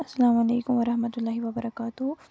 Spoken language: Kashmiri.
اَسَلامُ علیکُم وَرحمتُہ اللہِ وَبَرکاتہ ہوٗ